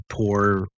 poor